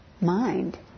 mind